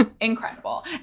incredible